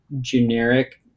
generic